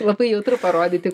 labai jautru parodyti